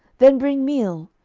then bring meal.